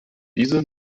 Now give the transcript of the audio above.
diese